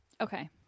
Okay